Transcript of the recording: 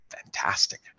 fantastic